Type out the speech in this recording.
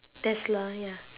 tesla ya